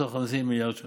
11 חודשים, מיליארד ש"ח.